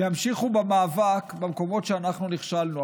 שימשיכו במאבק במקומות שאנחנו נכשלנו.